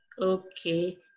Okay